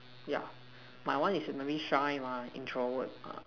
yeah my one is maybe shy mah introvert ah